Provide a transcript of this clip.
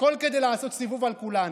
הכול כדי לעשות סיבוב על כולנו.